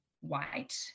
white